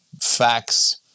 facts